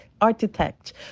architect